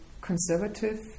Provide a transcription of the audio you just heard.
conservative